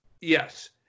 Yes